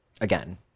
again